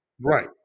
right